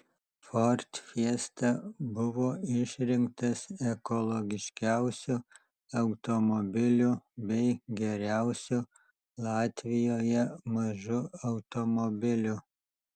ford fiesta buvo išrinktas ekologiškiausiu automobiliu bei geriausiu latvijoje mažu automobiliu